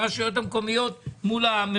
כדי שהחזקות ישלמו יותר והחלשות פחות.